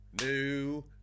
new